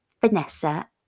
Vanessa